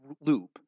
loop